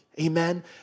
Amen